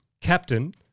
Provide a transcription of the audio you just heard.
captain